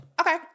Okay